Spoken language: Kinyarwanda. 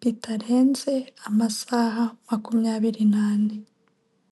Bitarenze amasaha makumyabiri n'ane.